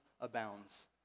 abounds